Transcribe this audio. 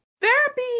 Therapy